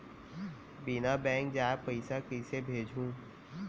बिना बैंक जाए पइसा कइसे भेजहूँ?